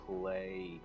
play